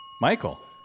Michael